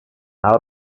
out